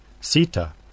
Sita